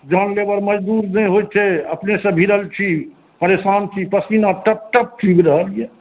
जन लेबर मजदुर नहि होइ छै अपनेसँ भिड़ल छी परेशान छी पसीना टप टप चूबि रहल यऽ